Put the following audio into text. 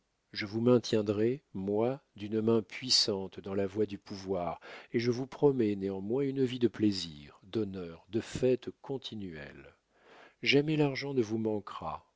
je vous maintiendrai moi d'une main puissante dans la voie du pouvoir et je vous promets néanmoins une vie de plaisirs d'honneurs de fêtes continuelles jamais l'argent ne vous manquera